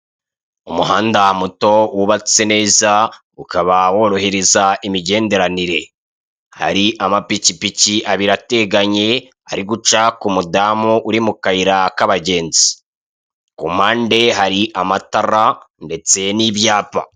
Umuhanda muto wubatse neza ukaba worohereza imigenderanire hari amapikipiki abiri ateganye ari guca ku mudamu uri mu kayira k'abagenzi, kumpande hari amatara ndetse n'ibyapa.